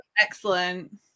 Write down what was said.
Excellent